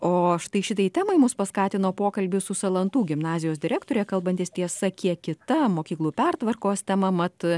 o štai šitai temai mus paskatino pokalbis su salantų gimnazijos direktore kalbantis tiesa kiek kita mokyklų pertvarkos tema mat